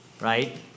right